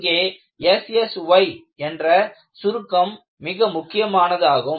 இங்கே SSY என்ற சுருக்கம் மிக முக்கியமானதாகும்